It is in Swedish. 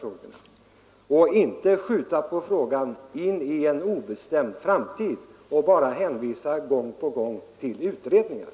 Vi skall inte skjuta på dem till en obestämd framtid och bara gång på gång hänvisa till pågående utredningar.